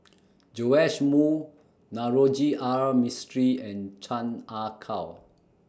Joash Moo Navroji R Mistri and Chan Ah Kow